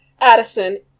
Addison